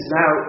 now